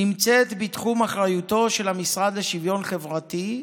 נמצאת בתחום אחריותו של המשרד לשוויון חברתי,